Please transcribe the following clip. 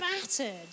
battered